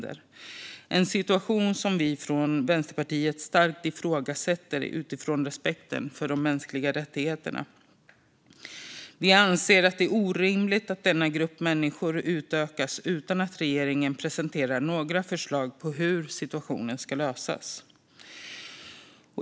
Det är en situation som vi från Vänsterpartiet starkt ifrågasätter utifrån respekten för de mänskliga rättigheterna. Vi anser att det är orimligt att denna grupp människor utökas utan att regeringen presenterar några förslag på hur situationen ska lösas.